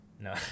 No